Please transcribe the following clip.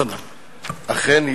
אכן,